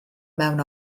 mewn